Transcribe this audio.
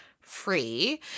free